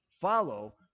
follow